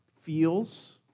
feels